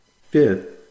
Fifth